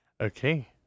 Okay